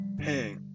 hey